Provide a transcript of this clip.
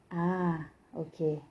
ah okay